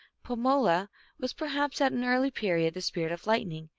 pamela was per haps at an early period the spirit of lightning,